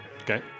Okay